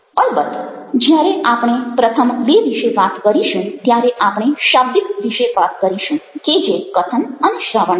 અલબત્ત જ્યારે આપણે પ્રથમ બે વિશે વાત કરીશું ત્યારે આપણે શાબ્દિક વિશે વાત કરીશું કે જે કથન અને શ્રવણ છે